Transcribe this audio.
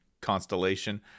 constellation